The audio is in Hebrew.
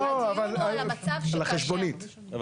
הטיעון על המצב שכאשר --- לא.